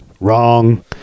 Wrong